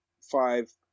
five